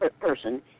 person